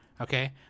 Okay